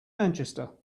manchester